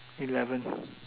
eleven